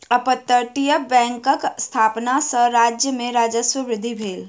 अपतटीय बैंकक स्थापना सॅ राज्य में राजस्व वृद्धि भेल